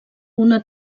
una